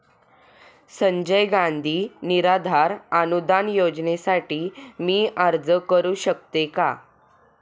संजय गांधी निराधार अनुदान योजनेसाठी मी अर्ज करू शकते का?